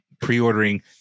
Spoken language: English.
pre-ordering